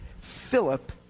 Philip